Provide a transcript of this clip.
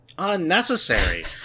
Unnecessary